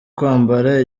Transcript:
kwambara